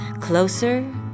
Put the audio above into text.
closer